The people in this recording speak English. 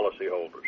policyholders